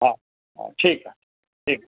हा हा ठीकु आहे ठीकु